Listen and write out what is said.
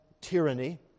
tyranny